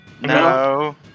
No